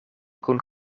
kun